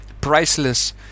priceless